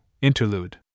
Interlude